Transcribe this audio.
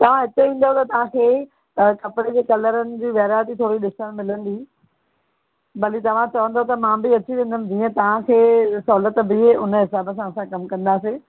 तव्हां हिते ईंदव त तव्हां खे कपिड़े जे कलरनि जी वैराइटी थोरी ॾिसणु मिलंदी भली तव्हां चवंदो त मां बि अची वेंदमि जीअं तव्हां खे सहूलियत बिहे हुन हिसाब सां असां कमु कंदासीं